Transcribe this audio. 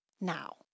now